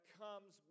comes